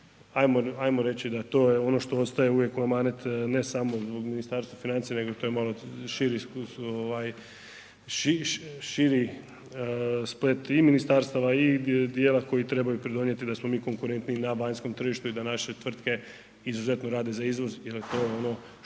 hajmo reći da je to je ono što ostaje uvijek u amanet ne samo zbog Ministarstva financija nego to je malo širi splet i ministarstava i dijela koji trebaju pridonijeti da smo mi konkurentniji na vanjskom tržištu i da naše tvrtke izuzetno rade za izvoz jer je to ono što je